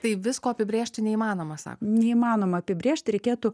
tai visko apibrėžti neįmanoma esą neįmanoma apibrėžti reikėtų